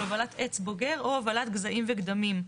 הובלת עץ בוגר או הובלת גזעים וגדמים.